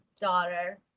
daughter